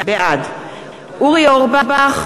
בעד אורי אורבך,